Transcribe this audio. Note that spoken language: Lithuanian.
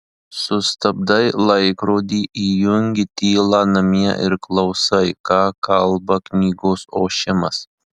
sustabdai laikrodį įjungi tylą namie ir klausai ką kalba knygos ošimas